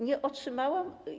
Nie otrzymałam.